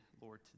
Lord